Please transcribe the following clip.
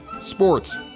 sports